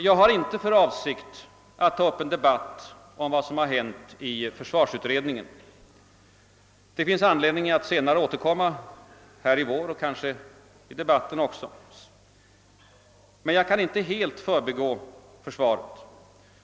Jag har inte för avsikt att ta upp en debatt om vad som hänt i försvarsutredningen. Det finns anledning att senare i vår återkomma, kanske också här i debatten. Men jag kan inte helt förbigå försvaret.